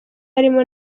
harimo